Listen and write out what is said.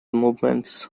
movements